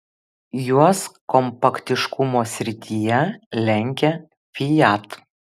juos kompaktiškumo srityje lenkia fiat